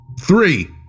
three